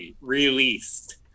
released